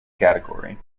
category